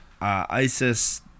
ISIS